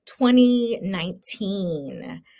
2019